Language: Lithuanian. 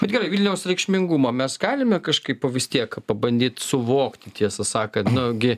bet gerai vilniaus reikšmingumą mes galime kažkaip va vis tiek pabandyt suvokti tiesą sakant nu gi